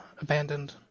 abandoned